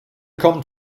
come